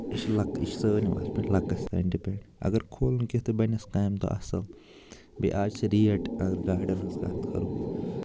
یہِ چھُ لَک یہِ چھِ سٲلِم اَتھ پٮ۪ٹھ لَکَس تام ڈِپٮ۪نٛڈ اَگر کھولُن کیٚنٛہہ تہٕ بَنٮ۪س کامہِ دۄہ اَصٕل بیٚیہِ آز چھِ ریٹ اَگر گاڈَن ہٕنٛز کَتھ کَرو